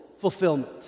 fulfillment